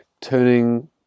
turning